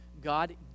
God